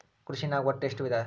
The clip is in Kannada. ಕೃಷಿನಾಗ್ ಒಟ್ಟ ಎಷ್ಟ ವಿಧ?